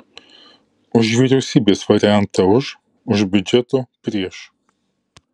už vyriausybės variantą už už biudžeto prieš